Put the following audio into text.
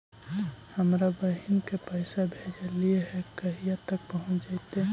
हमरा बहिन के पैसा भेजेलियै है कहिया तक पहुँच जैतै?